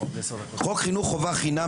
בסעיף 7(א) בחוק חינוך חובה חינם